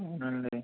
అవునండీ